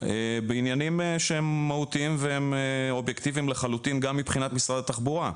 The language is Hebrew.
בעניינים שהם מהותיים והם אובייקטיביים לחלוטין גם מבחינת משרד התחבורה.